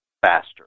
faster